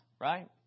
right